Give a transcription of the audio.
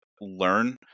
learn